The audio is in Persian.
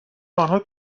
آنها